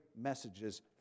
messages